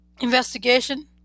Investigation